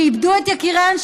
שאיבדו את יקיריהן,